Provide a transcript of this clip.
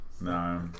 No